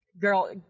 girl